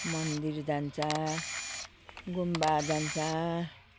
मन्दिर जान्छ गुम्बा जान्छ